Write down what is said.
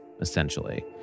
essentially